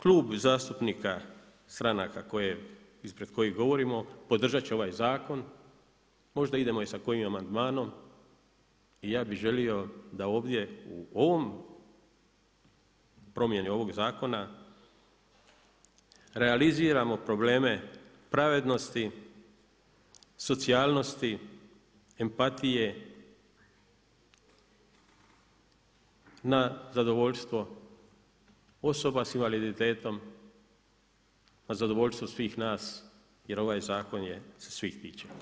Klub zastupnika stranka ispred kojeg govorimo podržati će ovaj zakon, možda idemo i sa kojim amandmanom i ja bi želio da ovdje u ovoj promjeni zakona realiziramo probleme pravednosti, socijalnosti, empatije na zadovoljstvo osoba s invaliditetom, na zadovoljstvo svih nas jer ovaj zakon se svih tiče.